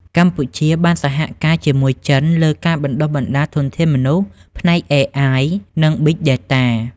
កម្ពុជាបានសហការជាមួយចិនលើការបណ្ដុះបណ្ដាលធនធានមនុស្សផ្នែក AI និង Big Data។